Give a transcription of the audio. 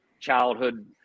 childhood